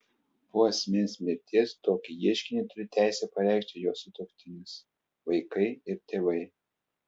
po asmens mirties tokį ieškinį turi teisę pareikšti jo sutuoktinis vaikai ir tėvai